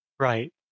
Right